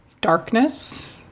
darkness